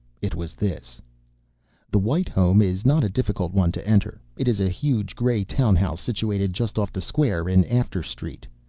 it was this the white home is not a difficult one to enter. it is a huge gray town-house, situated just off the square, in after street.